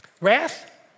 Wrath